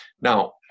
Now